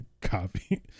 copy